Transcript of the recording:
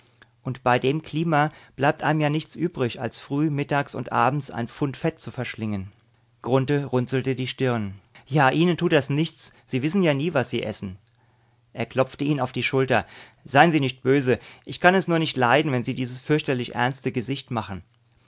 und bei dem klima bleibt einem ja nichts übrig als früh mittags und abends ein pfund fett zu verschlingen grunthe runzelte die stirn ja ihnen tut das nichts sie wissen ja nie was sie essen er klopfte ihn auf die schulter seien sie nicht böse ich kann es nur nicht leiden wenn sie dieses fürchterlich ernste gesicht machen